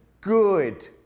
good